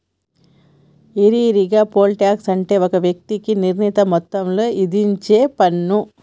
ఈరిగా, poll tax అంటే ఒక వ్యక్తికి నిర్ణీత మొత్తంలో ఇధించేపన్ను